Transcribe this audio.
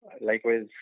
Likewise